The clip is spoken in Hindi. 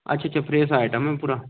अच्छा अच्छा फ्रेस आइटम है पूरा